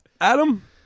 Adam